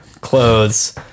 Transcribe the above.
clothes